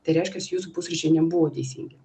tai reiškias jūsų pusryčiai nebuvo teisingi